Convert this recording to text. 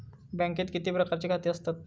बँकेत किती प्रकारची खाती असतत?